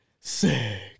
Sick